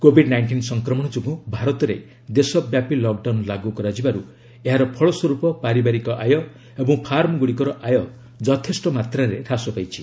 Covid nineteen ସଂକ୍ରମଣ ଯୋଗୁଁ ଭାରତରେ ଦେଶବ୍ୟାପୀ ଲକ୍ଡାଉନ୍ ଲାଗୁ କରାଯିବାରୁ ଏହାର ଫଳସ୍ୱରୂପ ପାରିବାରିକ ଆୟ ଏବଂ ଫାର୍ମଗୁଡ଼ିକର ଆୟ ଯଥେଷ୍ଟ ମାତ୍ରାରେ ହ୍ରାସ ପାଇଛି